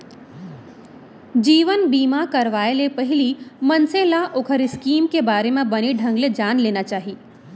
जीवन बीमा करवाय ले पहिली मनसे ल ओखर स्कीम के बारे म बने ढंग ले जान लेना चाही